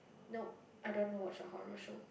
nope I don't want to watch a horror show